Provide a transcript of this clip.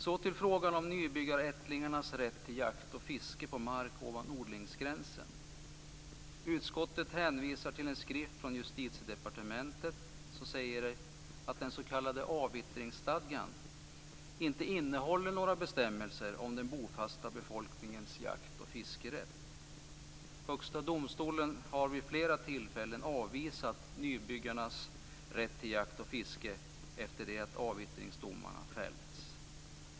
Så till frågan om nybyggarättlingarnas rätt till jakt och fiske på mark ovanför odlingsgränsen. Utskottet hänvisar till en skrift från Justitiedepartementet som säger att den s.k. avvittringsstadgan inte innehåller några bestämmelser om den bofasta befolkningens jakt och fiskerätt. Högsta domstolen har vid flera tillfällen avvisat nybyggarnas rätt till jakt och fiske efter det att avvittringsdomarna fällts.